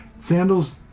sandals